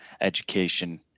education